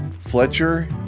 Fletcher